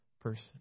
person